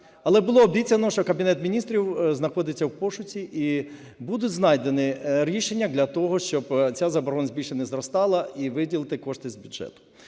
але було обіцяно, що Кабінет Міністрів знаходиться в пошуку, і будуть знайдені рішення для того, щоб ця заборгованість більше не зростала і виділити кошти з бюджету.